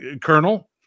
colonel